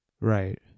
Right